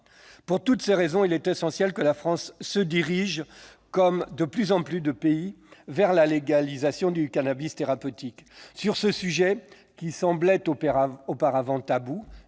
Pour toutes ces raisons, il est essentiel que la France s'oriente, comme de plus en plus de pays, vers la légalisation du cannabis thérapeutique. Sur ce sujet qui semblait auparavant tabou,